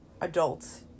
adults